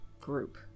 group